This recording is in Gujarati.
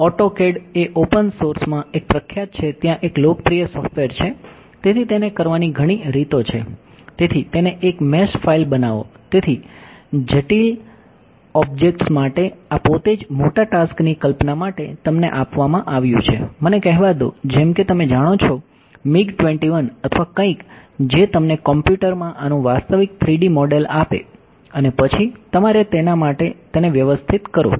હમણાં જ મારે મેશ ફાઇલ બનાવવાની જરૂર છે તેથી તે CAD સોફ્ટવેર કરો